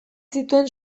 zituen